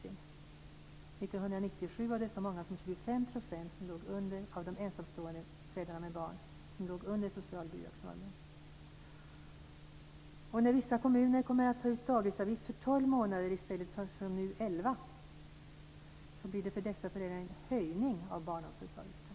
År 1997 var det så många som 25 % av de ensamstående föräldrarna som låg under socialbidragsnormen. Och när vissa kommuner kommer att ta ut dagisavgift för tolv månader i stället för som nu elva blir det för dessa föräldrar en höjning av barnomsorgsavgiften.